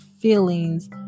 feelings